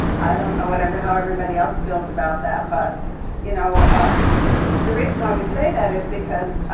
i don't know what every, how everybody else feels about that. but you know the reason why we say that is because,